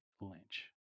Lynch